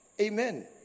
Amen